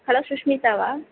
hello சுஷ்மித்தாவா